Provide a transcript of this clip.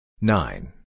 Nine